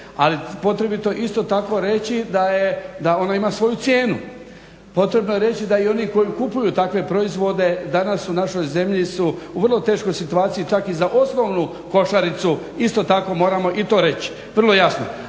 ali potrebito isto tako reći da je, da ona ima svoju cijenu. Potrebno je reći da i oni koji kupuju takve proizvode danas u našoj zemlji su u vrlo teškoj situaciji, čak i za osnovnu košaricu isto tako moramo i to reći, vrlo jasno.